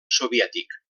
soviètic